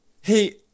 hey